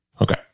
Okay